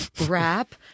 rap